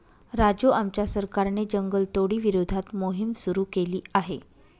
राजू आमच्या सरकारने जंगलतोडी विरोधात मोहिम सुरू केली आहे